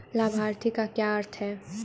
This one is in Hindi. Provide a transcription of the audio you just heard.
लाभार्थी का क्या अर्थ है?